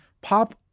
pop